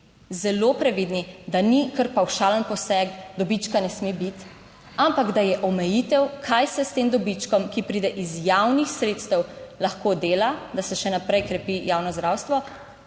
zelo previdni, da ni kar pavšalen poseg, dobička ne sme biti, ampak da je omejitev, kaj se s tem dobičkom, ki pride iz javnih sredstev lahko dela, da se še naprej krepi javno zdravstvo